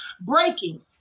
Breaking